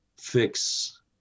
fix